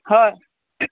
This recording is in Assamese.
হয়